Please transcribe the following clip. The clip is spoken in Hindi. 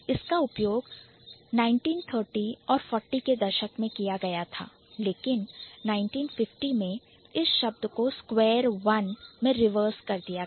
इसका उपयोग 1930 और 40 के दशक में किया गया था लेकिन 1950 में इस शब्द को Square One स्क्वेयर वन में Reverse रिवर्स कर दिया गया